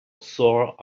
sore